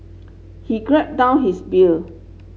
he grip down his beer